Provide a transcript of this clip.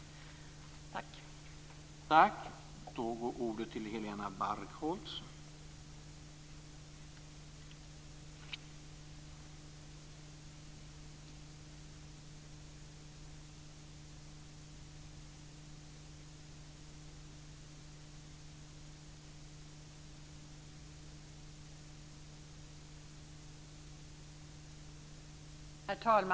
Tack!